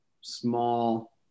small